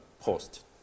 post